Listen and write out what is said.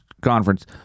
conference